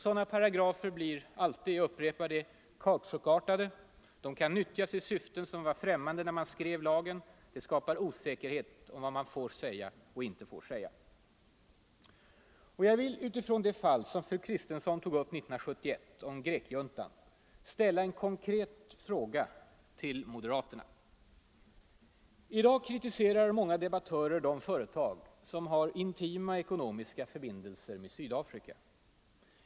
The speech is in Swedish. Sådana paragrafer blir alltid — jag upprepar det — kautschukartade. De kan nyttjas i syften som var främmande när man skrev lagen, de skapar osäkerhet om vad man får säga och inte säga. Jag vill utifrån det fall som fru Kristensson tog upp 1971 — om grekjuntan — ställa en konkret fråga till moderaterna. I dag kritiserar många debattörer de företag som har intima ekonomiska förbindelser med Sydafrika.